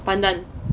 pandan